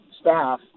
staff